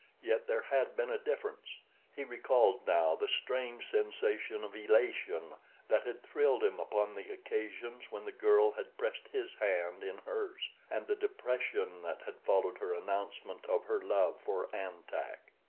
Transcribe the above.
yet there had been a difference he recalled now the strange sensation of elation that had thrilled him upon the occasions when the girl had pressed his hand in hers, and the depression that had followed her announcement of her love for an-tak.